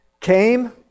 came